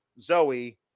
Zoe